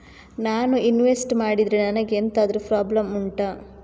ನಾನು ಇನ್ವೆಸ್ಟ್ ಮಾಡಿದ್ರೆ ನನಗೆ ಎಂತಾದ್ರು ಪ್ರಾಬ್ಲಮ್ ಉಂಟಾ